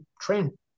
train